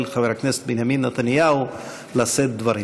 חבר הכנסת בנימין נתניהו לשאת דברים.